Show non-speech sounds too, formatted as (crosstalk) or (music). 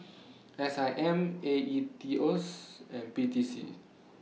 S I M A E T O (unintelligible) and P T C